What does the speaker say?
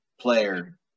player